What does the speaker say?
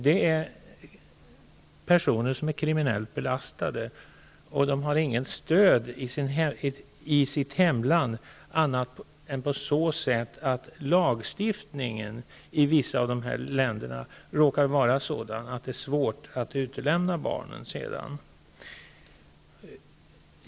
Det är fråga om personer som är kriminellt belastade, och de har inte något stöd i sitt hemland annat än på så sätt att lagstiftningen i vissa av dessa länder råkar vara sådan att det är svårt att utlämna barnen.